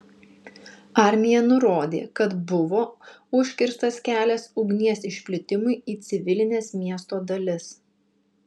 armija nurodė kad buvo užkirstas kelias ugnies išplitimui į civilines miesto dalis